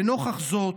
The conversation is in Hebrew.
לנוכח זאת,